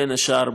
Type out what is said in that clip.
בין השאר,